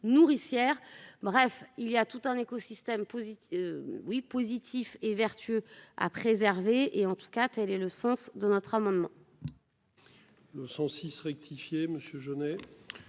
nourricière. Bref, il y a tout un écosystème positif. Oui positif et vertueux à préserver et en tout cas elle est le sens de notre amendement.